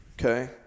Okay